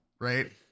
right